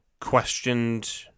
questioned